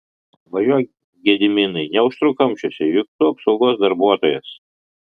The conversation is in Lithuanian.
važiuok gediminai neužtruk kamščiuose juk tu apsaugos darbuotojas